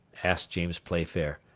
asked james playfair,